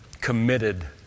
committed